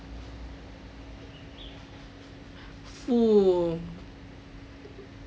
oh